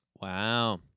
Wow